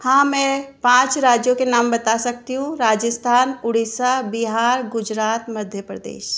हाँ मैं पाँच राज्यों के नाम बता सकती हूँ राजस्थान उड़ीसा बिहार गुजरात मध्य प्रदेश